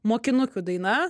mokinukių daina